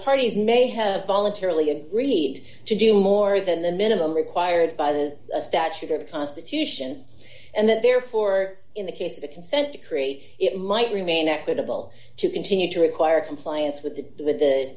parties may have voluntarily agreed to do more than the minimum required by the statute or the constitution and that therefore in the case of the consent decree it might remain equitable to continue to require compliance with the with the